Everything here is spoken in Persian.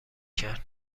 کرد